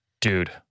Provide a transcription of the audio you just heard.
dude